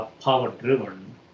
Power-driven